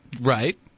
Right